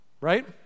Right